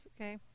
okay